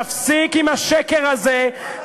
תפסיק עם השקר הזה,